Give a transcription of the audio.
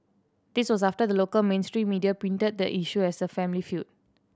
this was after the local mainstream media painted the issue as a family feud